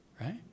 right